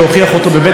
כמו שאומרים,